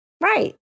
Right